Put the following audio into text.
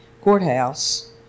courthouse